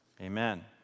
amen